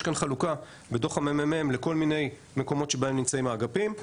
יש כאן חלוקה בדוח ה-ממ"מ לכל מיני מקומות שבהם נמצאים האגפים.